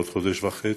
בעוד חודש וחצי.